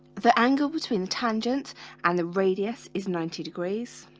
the angle between tangent and the radius is ninety degrees